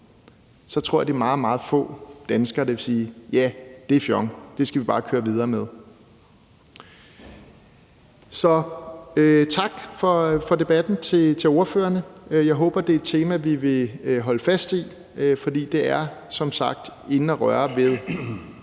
så er meget, meget få danskere, der vil sige, at ja, det er fjong, og at det skal vi bare køre videre med. Så tak for debatten til ordførerne. Jeg håber, at det er et tema, vi vil holde fast i, for det er som sagt inde at røre ved